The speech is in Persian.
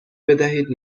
بدهید